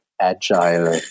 agile